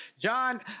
John